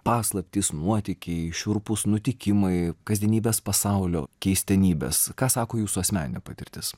paslaptys nuotykiai šiurpūs nutikimai kasdienybės pasaulio keistenybės ką sako jūsų asmeninė patirtis